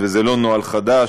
וזה לא נוהל חדש,